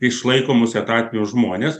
išlaikomus etatinius žmones